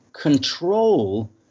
control